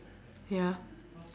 ya